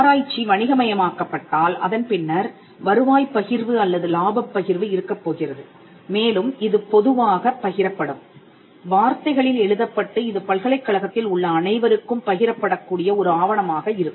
ஆராய்ச்சி வணிக மயமாக்கப்பட்டால் அதன் பின்னர் வருவாய் பகிர்வு அல்லது இலாபப் பகிர்வு இருக்கப்போகிறது மேலும் இது பொதுவாகப் பகிரப்படும் வார்த்தைகளில் எழுதப்பட்டு இது பல்கலைக்கழகத்தில் உள்ள அனைவருக்கும் பகிரப்படக் கூடிய ஒரு ஆவணமாக இருக்கும்